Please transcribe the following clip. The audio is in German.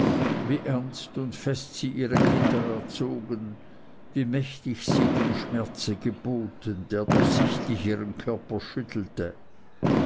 wie ernst und fest sie ihre kinder erzogen wie mächtig sie dem schmerze geboten der doch sichtlich ihren körper schüttelte